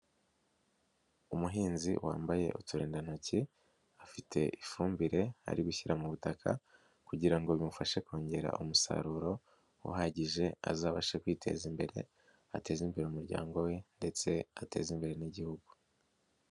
Umuhinzi wambaye uturindantoki afite ifumbire ari gushyira mu butaka kugira ngo bimufashe kongera umusaruro uhagije azabashe kwiteza imbere ateze imbere umuryango we ndetse ateze imbere n'Igihugu.